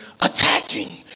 attacking